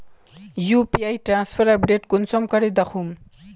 UPI transfer update कुंसम करे दखुम?